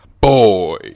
Boy